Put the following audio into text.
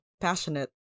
passionate